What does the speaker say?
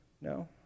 no